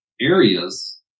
areas